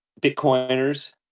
Bitcoiners